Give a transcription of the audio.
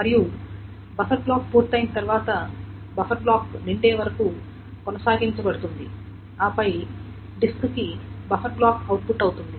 మరియు buffer block పూర్తయిన తర్వాత బఫర్ బ్లాక్ నిండేవరకు కొనసాగించబడుతుంది ఆపై డిస్క్కి బఫర్ బ్లాక్ అవుట్పుట్ అవుతుంది